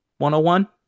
101